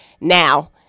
Now